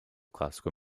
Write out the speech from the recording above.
classical